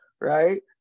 right